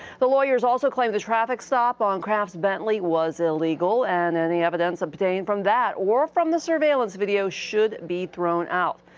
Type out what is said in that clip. the lawyers also claim the traffic stop on kraft's bentley was illegal, and any evidence obtained from that or from the surveillance video should be thrown out.